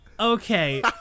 Okay